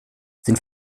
sind